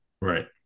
right